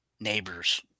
neighbors